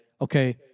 okay